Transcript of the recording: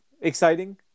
exciting